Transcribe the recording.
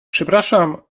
przepraszam